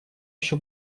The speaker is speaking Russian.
ещё